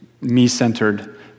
me-centered